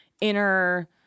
inner